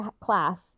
class